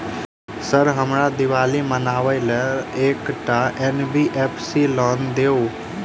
Sir हमरा दिवाली मनावे लेल एकटा एन.बी.एफ.सी सऽ लोन दिअउ?